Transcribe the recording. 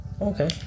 Okay